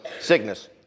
sickness